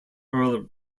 earl